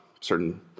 certain